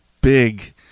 big